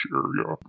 area